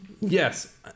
yes